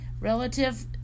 relative